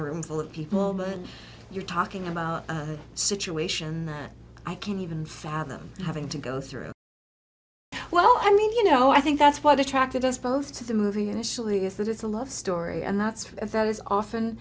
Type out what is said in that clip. a room full of people but you're talking about a situation that i can't even fathom having to go through well i mean you know i think that's what attracted us both to the movie initially is that it's a love story and that's that is often